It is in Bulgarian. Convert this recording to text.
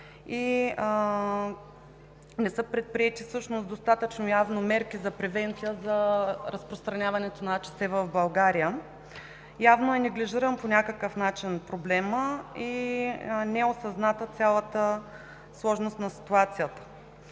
не са предприети достатъчно мерки за превенция за разпространяването на АЧС в България. Явно е неглижиран по някакъв начин проблемът и не е осъзната цялата сложност на ситуацията.